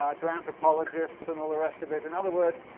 ah to anthropologists and all the rest of it. in other words,